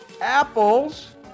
Apple's